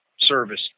service